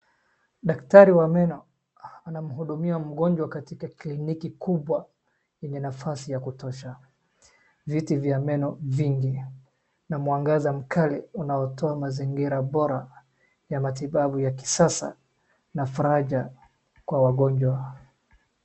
Daktari wa meno anamhudumia mgonjwa kafika kliniki kubwa yenye nafasi ya kutosha. Viti vya meno vingi na mwangaza mkali unaotoa mazingira bora ya matibabu ya kisasa na faraja kwa wagonjwa.